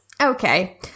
Okay